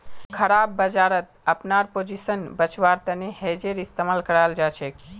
खराब बजारत अपनार पोजीशन बचव्वार तने हेजेर इस्तमाल कराल जाछेक